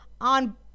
on